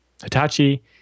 Hitachi